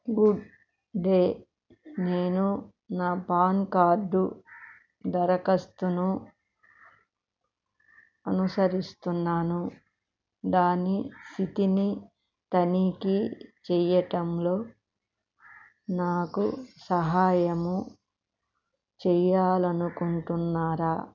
good day నేను నా PAN card దరఖాస్తును అనుసరిస్తున్నాను దాని స్థితిని తనిఖీ చేయడంలో నాకు సహాయము చేయాలి అనుకుంటున్నారా